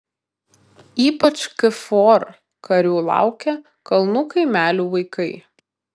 ypač kfor karių laukia kalnų kaimelių vaikai